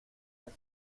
tres